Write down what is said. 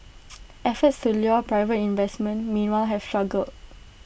efforts to lure private investment meanwhile have struggled